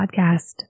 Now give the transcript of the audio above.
podcast